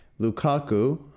Lukaku